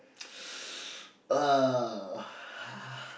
uh